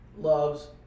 Loves